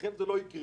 לכן זה לא יקרה.